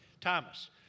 Thomas